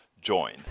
join